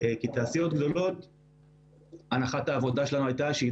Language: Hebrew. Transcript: כי הנחת העבודה שלנו הייתה שתעשיות גדולות